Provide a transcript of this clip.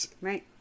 Right